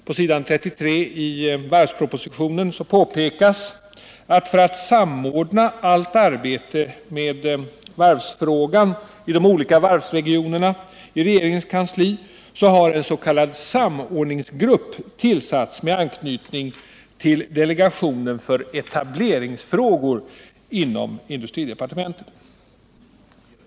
På s. 33 i varvspropositionen påpekas, att för att samordna allt det arbete i varvsfrågan som har inletts i regeringens kansli och för att påskynda beslutsprocessen i ärenden som rör de olika varvsregionerna, har det tillsatts en samordningsgrupp med anknytning till delegationen för etableringsfrågor inom industridepartementet.